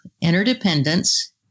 interdependence